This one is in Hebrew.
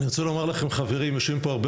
אני רוצה לומר לכם חברים מכובדים,